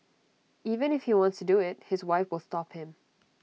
even if he wants to do IT his wife will stop him